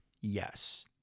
Yes